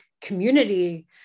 community